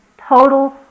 total